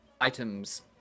items